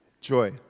Joy